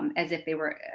um as if they were